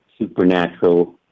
supernatural